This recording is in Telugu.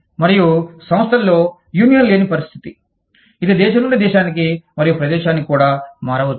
మరియు సంస్థల్లో యూనియన్ లేని పరిస్థితి ఇది దేశం నుండి దేశానికి మరియు ప్రదేశానికి కూడా మారవచ్చు